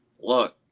look